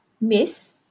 Miss